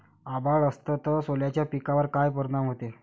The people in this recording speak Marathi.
अभाळ असन तं सोल्याच्या पिकावर काय परिनाम व्हते?